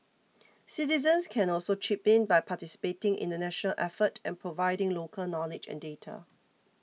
citizens can also chip in by participating in the national effort and providing local knowledge and data